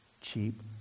Cheap